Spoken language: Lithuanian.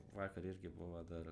vakar irgi buvo dar